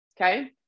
Okay